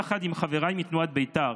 יחד עם חבריי מתנועת בית"ר,